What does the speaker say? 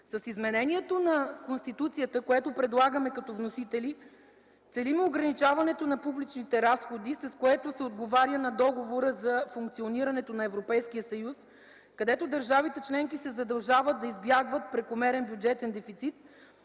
С изменението на Конституцията, което предлагаме като вносители, целим ограничаването на публичните разходи, с което се отговаря на Договора за функционирането на Европейския съюз, където държавите членки се задължават да избягват прекомерен бюджетен дефицит,